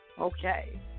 Okay